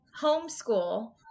homeschool